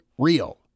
real